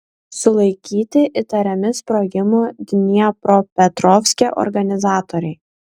sulaikyti įtariami sprogimų dniepropetrovske organizatoriai